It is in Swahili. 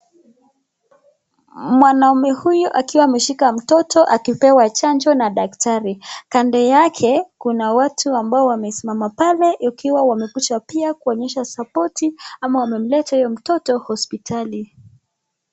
Mwanaume huyu akiwa ameshika mtoto akipewa chanjo na daktari. Kando yake kuna watu ambao wamesimama pale wakiwa wamekwisha kuonyesha sapoti, ama wamemleta mtoto hospitali